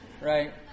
right